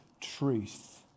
truth